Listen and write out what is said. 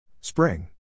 Spring